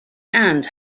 and